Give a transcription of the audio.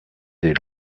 des